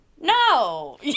no